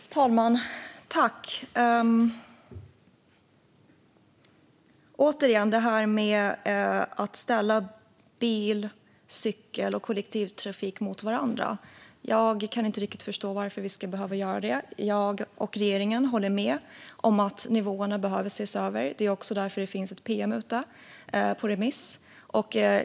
Fru talman! Jag kan inte riktigt förstå varför vi ska behöva ställa bil, cykel och kollektivtrafik mot varandra. Jag och regeringen håller med om att nivåerna behöver ses över. Det är också därför det finns ett pm ute på remiss.